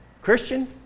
Christian